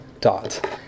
dot